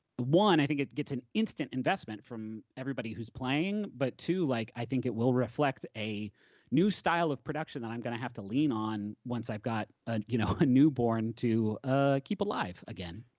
one, i think it gets an instant investment from everybody who's playing, but, two, like i think it will reflect a new style of production that i'm gonna have to lean on once i've got a you know ah newborn to ah keep alive again.